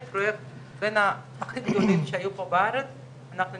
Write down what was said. הבינו שרכבת הקלה לא